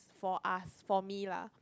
for us for me lah